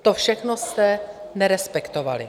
To všechno jste nerespektovali.